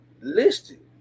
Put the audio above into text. listed